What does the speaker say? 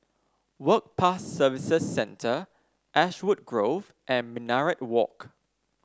Work Pass Services Centre Ashwood Grove and Minaret Walk